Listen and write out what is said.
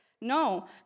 no